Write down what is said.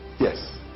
Yes